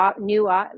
new